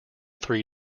three